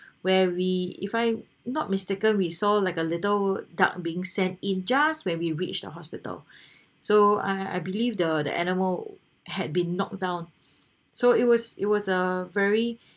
where we if I'm not mistaken we saw like a little duck being sent in just when we reached the hospital so I I believe the the animal had been knocked down so it was it was a very